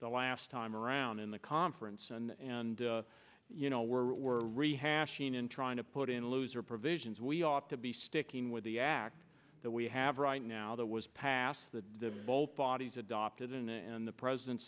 the last time around in the conference and and you know we're we're rehashing and trying to put in loser provisions we ought to be sticking with the act that we have right now that was passed the bolt bodies adopted and the president